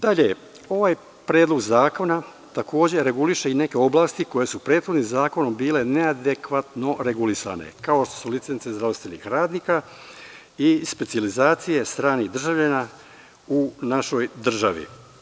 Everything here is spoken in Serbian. Dalje, ovaj Predlog zakona takođe reguliše i neke oblasti koje su prethodnim zakonom bile neadekvatno regulisane, kao što su licence zdravstvenih radnika i specijalizacije stranih državljana u našoj državi.